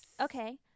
Okay